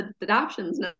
adoptions